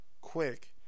quick